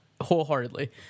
wholeheartedly